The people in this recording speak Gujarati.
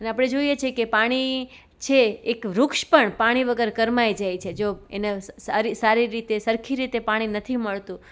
અને આપણે જોઈએ છીએ કે પાણી છે એક વૃક્ષ પણ પાણી વગર કરમાઈ જાય છે જો એને સારી સારી રીતે સરખી રીતે પાણી નથી મળતું